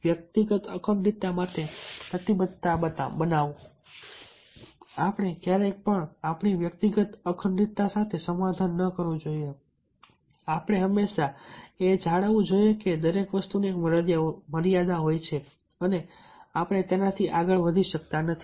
વ્યક્તિગત અખંડિતતા માટે પ્રતિબદ્ધતા બનાવો આપણે ક્યારેય પણ આપણી વ્યક્તિગત અખંડિતતા સાથે સમાધાન ન કરવું જોઈએ આપણે હંમેશા એ જાળવવું જોઈએ કે દરેક વસ્તુની એક મર્યાદા હોય છે અને આપણે તેનાથી આગળ વધી શકતા નથી